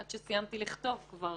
עד שסיימתי לכתוב, כבר